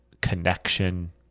connection